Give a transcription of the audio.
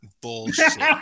bullshit